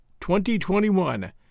2021